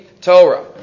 Torah